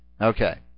Okay